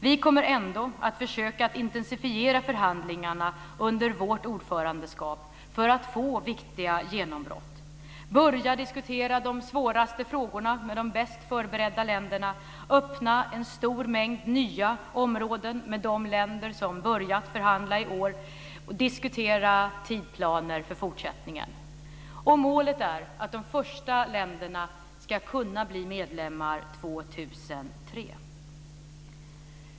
Vi kommer ändå att försöka intensifiera förhandlingarna under vårt ordförandeskap för att få viktiga genombrott, börja diskutera de svåraste frågorna med de bäst förberedda länderna, öppna en stor mängd nya områden med de länder som börjat förhandla i år och diskutera tidsplaner för fortsättningen. Målet är att de första länderna ska kunna bli medlemmar 2003.